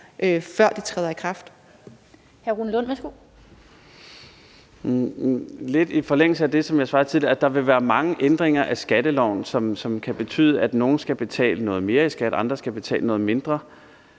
vil jeg sige, at der vil være mange ændringer af skatteloven, som kan betyde, at nogle skal betale noget mere i skat, mens andre skal betale noget mindre.